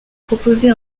proposé